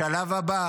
השלב הבא